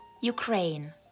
Ukraine